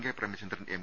K Premachandran M